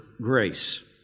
grace